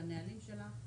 על הנהלים שלה,